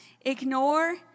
ignore